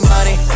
Money